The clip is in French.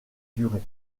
durées